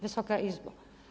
Wysoka Izbo!